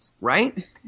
right